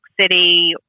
City